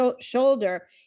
shoulder